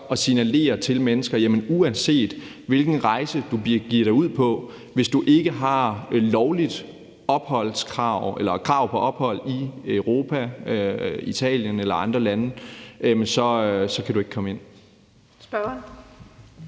at signalere til de mennesker: Uanset hvilken rejse, du begiver sig ud på, kan du, hvis du ikke har lovligt krav på ophold i Europa, i Italien eller andre lande, ikke komme ind.